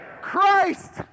Christ